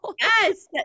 Yes